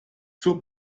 zur